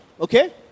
Okay